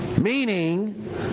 meaning